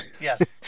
Yes